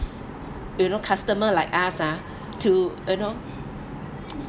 you know customer like ask uh to you know